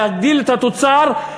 להגדיל את התוצר,